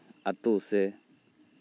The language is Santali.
ᱟᱛᱳ ᱥᱮ